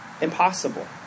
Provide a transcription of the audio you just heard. Impossible